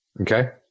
Okay